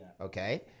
Okay